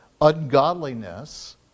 ungodliness